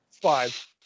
Five